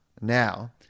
now